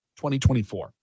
2024